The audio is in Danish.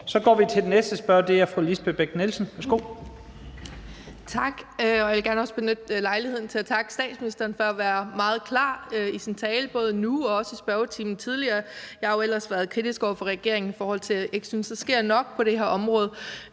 Så går vi til den næste spørger, og det er fru Lisbeth Bech-Nielsen.